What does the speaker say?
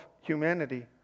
humanity